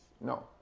no